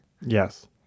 Yes